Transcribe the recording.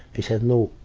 he said, no,